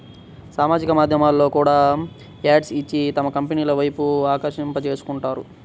సామాజిక మాధ్యమాల్లో కూడా యాడ్స్ ఇచ్చి తమ కంపెనీల వైపు ఆకర్షింపజేసుకుంటున్నారు